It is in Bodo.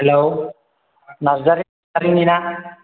हेलौ नार्जारि नारसारिनि ना